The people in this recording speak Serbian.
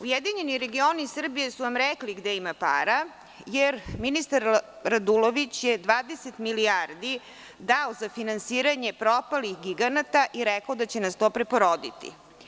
Ujedinjeni regioni Srbije su vam rekli gde ima para, jer ministar Radulović je 20 milijardi dao za finansiranje propalih giganta i rekao da će nas to preporoditi.